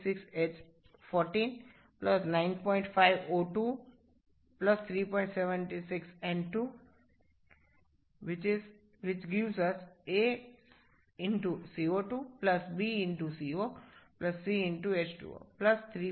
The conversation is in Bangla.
সুতরাং আসুন আমরা তাদের প্রত্যেকের জন্য a b এবং c হিসাবে রাখি এগুলি সমস্ত অজানা এবং এই দিকে